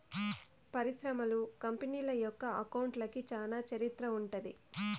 పరిశ్రమలు, కంపెనీల యొక్క అకౌంట్లకి చానా చరిత్ర ఉంటది